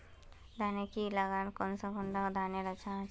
धानेर की करे लगाम ओर कौन कुंडा धानेर अच्छा गे?